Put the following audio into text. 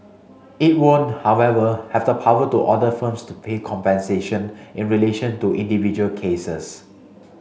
it won't however have the power to order firms to pay compensation in relation to individual cases